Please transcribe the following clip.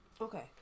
Okay